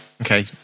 Okay